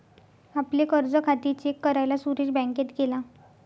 आपले कर्ज खाते चेक करायला सुरेश बँकेत गेला